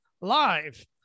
Live